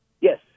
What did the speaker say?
Yes